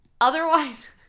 Otherwise